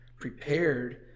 prepared